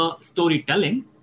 storytelling